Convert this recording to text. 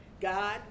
god